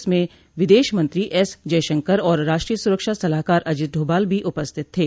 इसमें विदेश मंत्री एस जयशंकर और राष्ट्रीय सुरक्षा सलाहकार अजित डोभाल भी उपस्थित थे